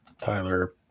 Tyler